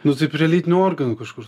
nu tai prie lytinių organų kažkur